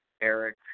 Eric